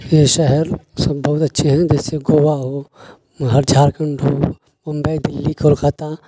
یہ شہر سب بہت اچھے ہیں جیسے گوا ہو جھارکھنڈ ہو ممبئی دلّی کولکاتہ